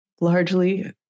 largely